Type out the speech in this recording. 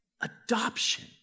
adoption